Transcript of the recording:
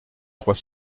trois